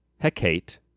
Hecate